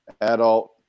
adult